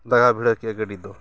ᱞᱟᱜᱟ ᱵᱷᱤᱲᱟᱹᱣ ᱠᱮᱫᱟ ᱜᱟᱹᱰᱤ ᱫᱚ